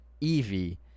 Evie